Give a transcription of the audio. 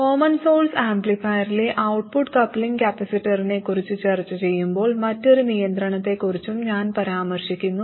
common source ആംപ്ലിഫയറിലെ output coupling കപ്പാസിറ്ററിനെക്കുറിച്ച് ചർച്ച ചെയ്യുമ്പോൾ മറ്റൊരു നിയന്ത്രണത്തെക്കുറിച്ചും ഞാൻ പരാമർശിക്കുന്നു